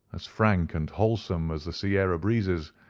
as frank and wholesome as the sierra breezes,